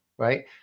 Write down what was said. Right